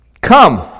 come